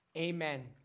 Amen